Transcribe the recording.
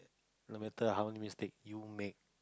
no matter how many mistake you make